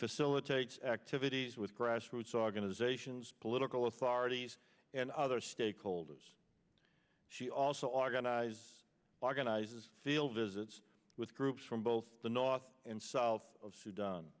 facilitates activities with grassroots organizations political authorities and other stakeholders she also organize organize field visits with groups from both the north and south of s